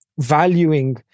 valuing